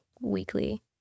weekly